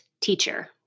teacher